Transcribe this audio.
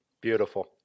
Beautiful